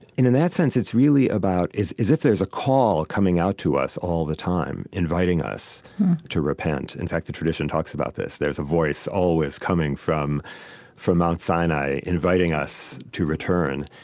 in and that sense, it's really about as if there's a call coming out to us all the time, inviting us to repent. in fact, the tradition talks about this. there's a voice always coming from from mount sinai inviting us to return.